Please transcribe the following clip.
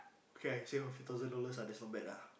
okay save a few thousand dollars ah that's not bad ah